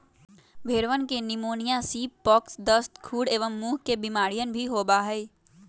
भेंड़वन के pneumonia, sheep pox, दस्त, खुर एवं मुँह के बेमारियन भी होबा हई